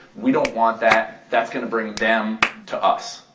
we don't want that, that's going to bring them to us.